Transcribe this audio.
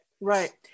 right